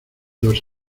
los